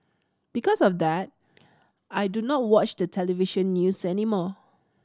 because of that I do not watch the television news anymore